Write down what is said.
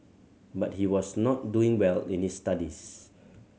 but he was not doing well in his studies